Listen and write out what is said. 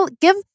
give